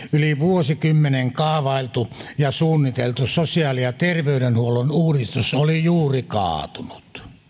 yli vuosikymmenen kaavailtu ja suunniteltu sosiaali ja ter veydenhuollon uudistus oli juuri kaatunut